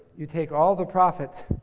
you take all the profits.